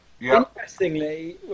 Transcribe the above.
Interestingly